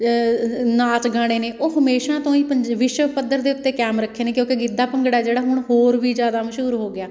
ਨਾਚ ਗਾਣੇ ਨੇ ਉਹ ਹਮੇਸ਼ਾ ਤੋਂ ਹੀ ਪੰਜਾ ਵਿਸ਼ਵ ਪੱਧਰ ਦੇ ਉੱਤੇ ਕਾਇਮ ਰੱਖੇ ਨੇ ਕਿਉਂਕਿ ਗਿੱਧਾ ਭੰਗੜਾ ਜਿਹੜਾ ਹੁਣ ਹੋਰ ਵੀ ਜ਼ਿਆਦਾ ਮਸ਼ਹੂਰ ਹੋ ਗਿਆ